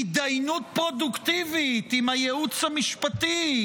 בהתדיינות פרודוקטיבית עם הייעוץ המשפטי,